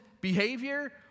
behavior